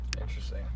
interesting